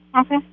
Okay